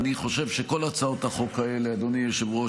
אדוני היושב-ראש,